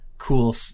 cool